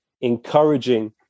encouraging